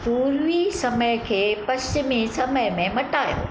पूर्वी समय खे पश्चिमी समय में मटायो